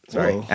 Sorry